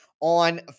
on